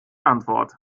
antwort